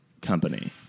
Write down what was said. company